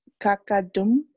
Kakadum